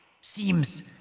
Seems